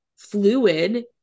fluid